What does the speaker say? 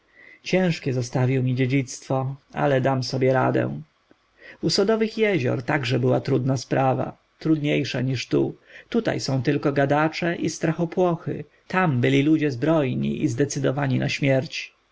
ciężkie zostawił mi dziedzictwo ale dam sobie radę u sodowych jezior także była trudna sprawa trudniejsza niż tu tutaj są tylko gadacze i strachopłochy tam byli ludzie zbrojni i zdecydowani na śmierć